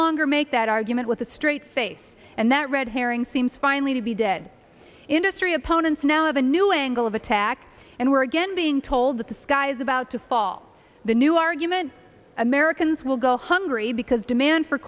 longer make that argument with a straight face and that red herring seems finally to be dead industry opponents now have a new angle of attack and we're again being told that the sky is about to fall the new argument americans will go hungry because demand for